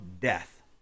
death